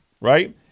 right